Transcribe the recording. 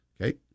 Okay